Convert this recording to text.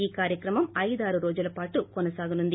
ఈ కార్యక్రమం ఐదారు రోజుల పాటు కొనసాగనుంది